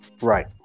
right